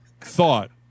thought